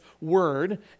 word